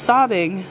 Sobbing